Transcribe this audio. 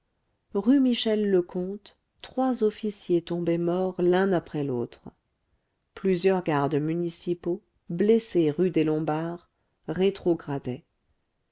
rue michel le comte trois officiers tombaient morts l'un après l'autre plusieurs gardes municipaux blessés rue des lombards rétrogradaient